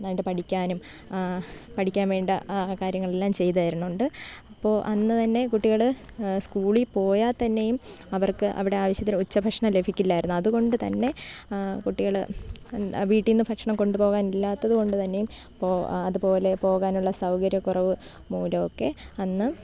നന്നായിട്ട് പഠിക്കാനും പഠിക്കാൻ വേണ്ട കാര്യങ്ങളെല്ലാം ചെയ്തു തരുന്നുണ്ട് അപ്പോൾ അന്ന് തന്നെ കുട്ടികൾ സ്കൂളിൽ പോയാൽ തന്നെയും അവർക്ക് അവിടെ ആവശ്യത്തിന് ഉച്ചഭക്ഷണം ലഭിക്കില്ലായിരുന്നു അതുകൊണ്ടു തന്നെ കുട്ടികൾ വീട്ടിൽ നിന്ന് ഭക്ഷണം കൊണ്ടുപോകാൻ ഇല്ലാത്തതു കൊണ്ട് തന്നെയും അതുപോലെ പോകാനുള്ള സൗകര്യക്കുറവ് മൂലം ഒക്കെ അന്ന്